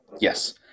Yes